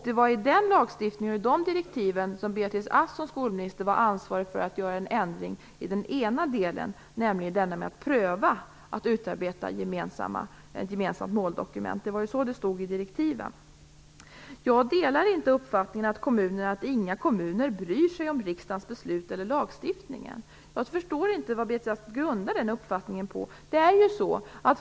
Det var i den lagstiftningen och i de direktiven som Beatrice Ask som skolminister var ansvarig för att göra en ändring i den ena delen, nämligen den att pröva att utarbeta ett gemensamt måldokument. Det var så det stod i direktiven. Jag delar inte uppfattningen att inga kommuner bryr sig om riksdagens beslut eller lagstiftningen. Jag förstår inte vad Beatrice Ask grundar den uppfattningen på.